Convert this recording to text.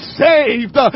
saved